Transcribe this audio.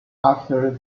after